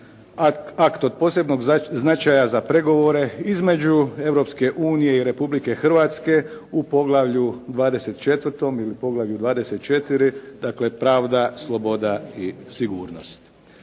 akt od posebnog značaja za pregovore između Europske unije i Republike Hrvatske u poglavlju 24. ili u poglavlju 24. Dakle pravda, sloboda i sigurnost.